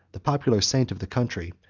the popular saint of the country,